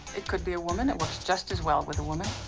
it could be a woman. it works just as well with a woman.